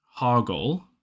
Hoggle